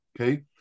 okay